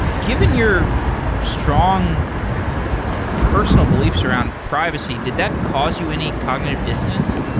given your strong personal beliefs around privacy, did that cause you any cognitive dissonance?